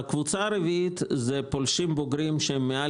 הקבוצה הרביעית זה פולשים בוגרים ללא ילדים שהם מעל